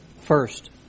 first